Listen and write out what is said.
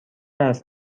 است